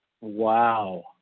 Wow